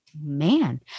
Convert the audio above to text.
man